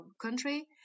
country